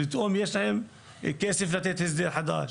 פתאום יש להם כסף לתת הסדר חדש,